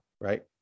right